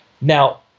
Now